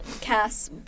Cass